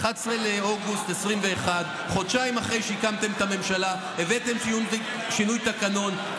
11 באוגוסט 2021. חודשיים אחרי שהקמתם את הממשלה הבאתם שינוי תקנון,